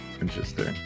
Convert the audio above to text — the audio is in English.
Interesting